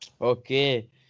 Okay